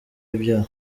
ibyaha